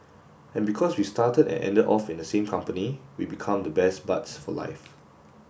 and because we started and ended off in the same company we become the best buds for life